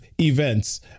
events